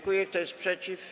Kto jest przeciw?